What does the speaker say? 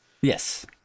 yes